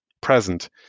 present